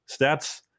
stats